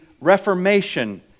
Reformation